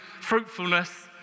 fruitfulness